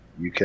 UK